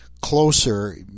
closer